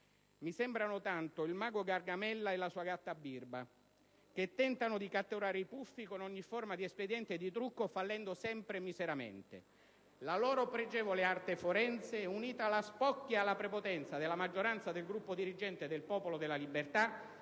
mi sembrano tanto il mago Gargamella e la sua gatta Birba, che tentano di catturare i Puffi con ogni forma di espediente e di trucco, fallendo sempre miseramente. La loro pregevole arte forense, unita alla spocchia e alla prepotenza della maggioranza del gruppo dirigente del Popolo della Libertà,